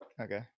Okay